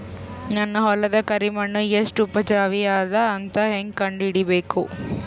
ನನ್ನ ಹೊಲದ ಕರಿ ಮಣ್ಣು ಎಷ್ಟು ಉಪಜಾವಿ ಅದ ಅಂತ ಹೇಂಗ ಕಂಡ ಹಿಡಿಬೇಕು?